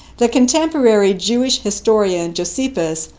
the contemporary jewish historian, josephus,